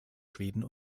schweden